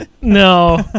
no